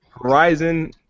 Horizon